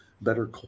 better